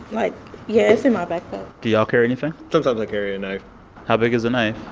like yeah, it's in my backpack do y'all carry anything? sometimes i carry a knife how big is the knife?